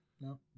No